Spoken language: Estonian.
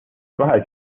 kahe